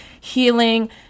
healing